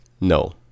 No